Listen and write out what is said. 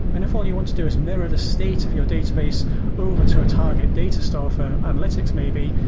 and if all you want to do is mirror the state of your database over to a target data store for analytics maybe,